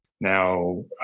Now